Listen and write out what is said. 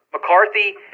McCarthy